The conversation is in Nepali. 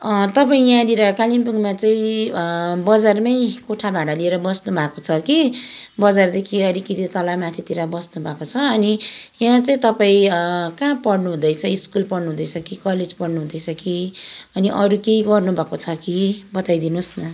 तपाईँ यहाँनिर कालिम्पोङमा चाहिँ बजारमै कोठा भाडा लिएर बस्नुभएको छ कि बजारदेखि अलिकति तल माथितिर बस्नुभएको छ अनि यहाँ चाहिँ तपाईँ कहाँ पढ्नुहुँदैछ स्कुल पढ्नुहुँदैछ कि कलेज पढ्नुहुँदैछ कि अनि अरू केही गर्नुभएको छ कि बताइदिनु होस् न